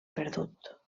perdut